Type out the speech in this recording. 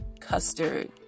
custard